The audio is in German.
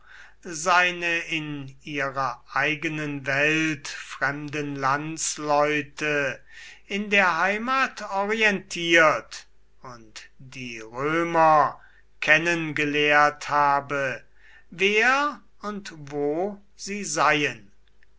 seine in ihrer eigenen welt fremden landsleute in der heimat orientiert und die römer kennen gelehrt habe wer und wo sie seien